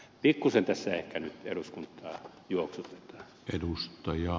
pikkuisen tässä ehkä nyt eduskuntaa juoksutetaan